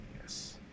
yes